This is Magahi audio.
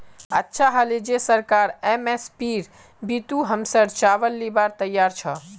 अच्छा हले जे सरकार एम.एस.पीर बितु हमसर चावल लीबार तैयार छ